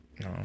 No